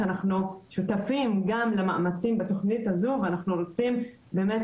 שאנחנו שותפים גם למאמצים בתכנית הזו ואנחנו רוצים באמת